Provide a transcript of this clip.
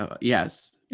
yes